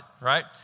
right